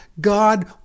God